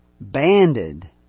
banded